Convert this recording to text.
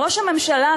ראש הממשלה,